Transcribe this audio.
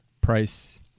price